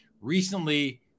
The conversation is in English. recently